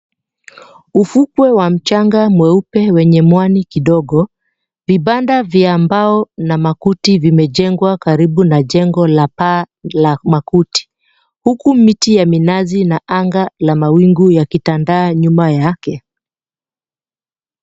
Ufukwe wa mchanga mweupe wenye mwani kidogo, vibanda vya mbao na makuti vimejengwa karibu na jengo la paa la makuti. Huku miti ya minazi na anga la mawingu yakitandaa nyuma yake.